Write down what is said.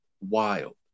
wild